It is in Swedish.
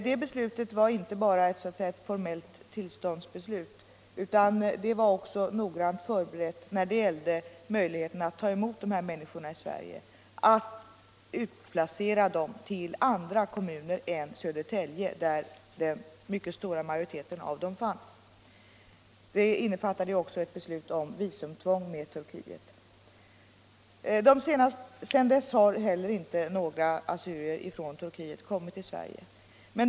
Det beslutet var inte bara så att säga ett formellt tillståndsbeslut, utan det var också noggrant förberett när det gällde möjligheterna att ta emot dessa människor i Sverige och att placera ut dem i andra kommuner än Södertälje där den mycket stora majoriteten av dem fanns. Samtidigt fattades beslut om visumtvång för resenärer från Turkiet. Sedan dess har heller inte några assyrier därifrån kommit till Sverige.